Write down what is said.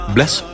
Bless